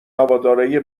هوادارای